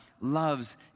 loves